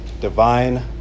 Divine